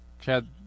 Chad